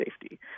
safety